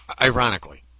Ironically